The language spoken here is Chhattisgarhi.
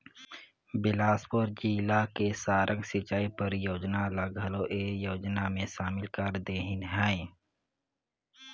बेलासपुर जिला के सारंग सिंचई परियोजना ल घलो ए योजना मे सामिल कर देहिनह है